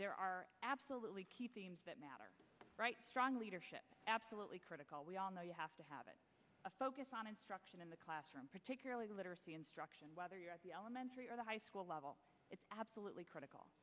there are absolutely key themes that matter right strong leadership absolutely critical we all know you have to have it a focus on instruction in the classroom particularly literacy instruction whether you're at the elementary or the high school level it's absolutely critical